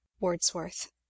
wordsworth